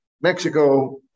Mexico